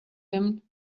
him